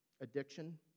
Addiction